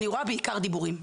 אני רואה בעיקר דיבורים,